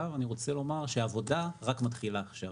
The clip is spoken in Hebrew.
התעשייה ואני רוצה לומר שהעבודה רק מתחילה עכשיו.